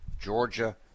Georgia